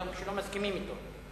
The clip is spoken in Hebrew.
גם כשלא מסכימים אתו.